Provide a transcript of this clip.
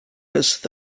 this